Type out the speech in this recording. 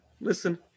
Listen